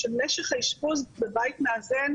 שמשך האשפוז בבית מאזן,